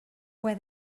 fue